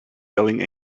yelling